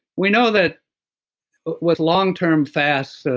we know that with long-term fast, so